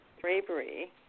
bravery